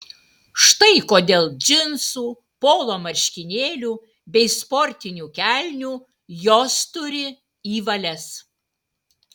štai kodėl džinsų polo marškinėlių bei sportinių kelnių jos turi į valias